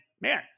man